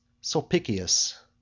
Sulpicius